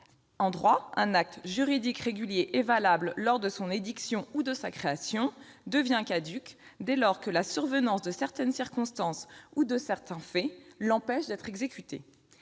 En droit, un acte juridique, régulier et valable lors de son édiction ou de sa création devient caduc dès lors que la survenance de certaines circonstances ou de certains faits l'empêche d'être exécuté.